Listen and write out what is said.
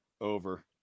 Over